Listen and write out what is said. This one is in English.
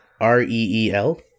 R-E-E-L